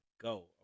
go